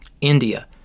India